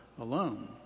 alone